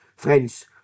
Friends